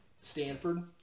Stanford